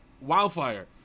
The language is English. wildfire